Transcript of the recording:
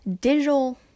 digital